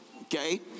Okay